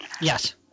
Yes